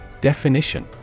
Definition